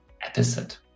episode